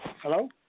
Hello